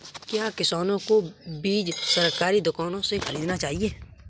क्या किसानों को बीज सरकारी दुकानों से खरीदना चाहिए?